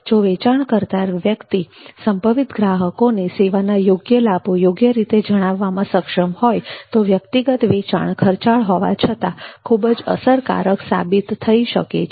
જો વેચાણ કરતા વ્યક્તિ સંભવિત ગ્રાહકોને સેવાના લાભો યોગ્ય રીતે જણાવવામાં સક્ષમ હોય તો વ્યક્તિગત વેચાણ ખર્ચાળ હોવા છતાં ખૂબ જ અસરકારક સાબિત થઈ શકે છે